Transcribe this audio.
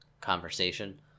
conversation